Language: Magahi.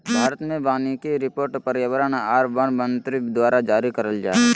भारत मे वानिकी रिपोर्ट पर्यावरण आर वन मंत्री द्वारा जारी करल जा हय